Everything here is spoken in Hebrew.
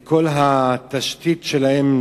את כל התשתית שלהם,